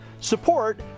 support